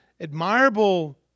admirable